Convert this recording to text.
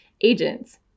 agents